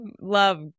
love